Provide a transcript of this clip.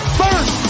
first